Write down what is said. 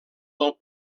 del